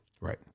Right